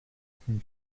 disney